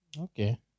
Okay